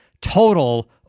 total